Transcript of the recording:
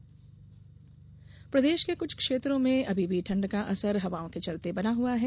मौसम प्रदेश के कुछ क्षेत्रों में अभी भी ठंड का असर हवाओं के चलते बना हुआ है